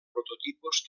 prototipus